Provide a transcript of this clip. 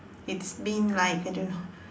it's been like I don't know